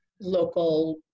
local